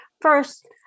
First